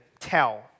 tell